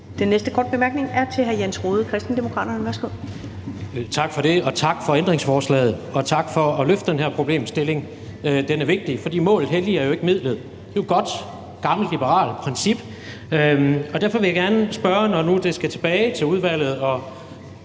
Den næste korte bemærkning er til hr. Jens Rohde, Kristendemokraterne. Værsgo. Kl. 14:18 Jens Rohde (KD): Tak for det. Og tak for ændringsforslaget og for at løfte den her problemstilling. Det er vigtigt, for målet helliger jo ikke midlet – det er et godt gammelt liberalt princip. Og derfor vil jeg gerne spørge, når nu det skal tilbage til udvalget –